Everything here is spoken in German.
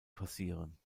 passieren